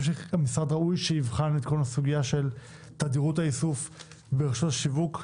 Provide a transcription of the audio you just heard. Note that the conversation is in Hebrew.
ראוי שהמשרד יבחן את כל הסוגיה של תדירות האיסוף ברשתות השיווק.